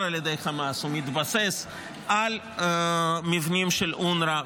על ידי חמאס מתבסס על מבנים של אונר"א,